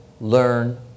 learn